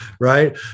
right